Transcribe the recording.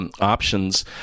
options